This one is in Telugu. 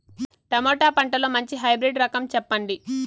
టమోటా పంటలో మంచి హైబ్రిడ్ రకం చెప్పండి?